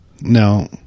No